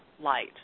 light